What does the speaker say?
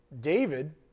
David